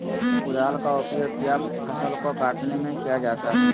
कुदाल का उपयोग किया फसल को कटने में किया जाता हैं?